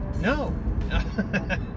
No